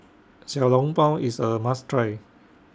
Xiao Long Bao IS A must Try